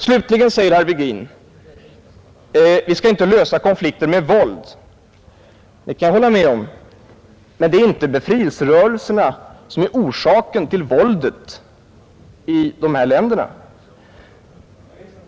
Slutligen säger herr Virgin att vi inte skall lösa konflikter med våld. Det kan jag hålla med om. Men det är inte befrielserörelserna som är orsaken till våldet i dessa länder.